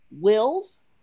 wills